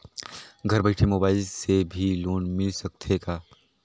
घर बइठे मोबाईल से भी लोन मिल सकथे का?